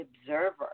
observer